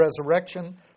resurrection